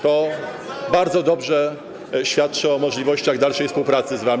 To bardzo dobrze świadczy o możliwościach dalszej współpracy z wami.